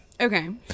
Okay